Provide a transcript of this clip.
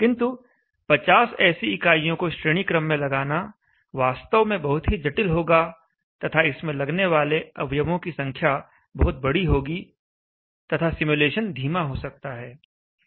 किंतु 50 ऐसी इकाइयों को श्रेणी क्रम में लगाना वास्तव में बहुत ही जटिल होगा तथा इसमें लगने वाले अवयवों की संख्या बहुत बड़ी होगी तथा सिमुलेशन धीमा हो सकता है